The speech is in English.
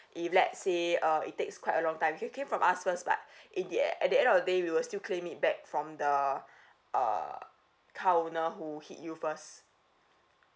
if let's say uh it takes quite a long time you can claim from us first but in the e~ at the end of the day we will still claim it back from the uh car owner who hit you first